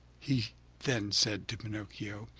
he then said to pinocchio.